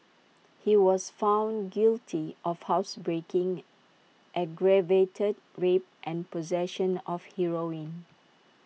he was found guilty of housebreaking aggravated rape and possession of heroin